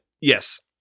Yes